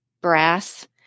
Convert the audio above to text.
brass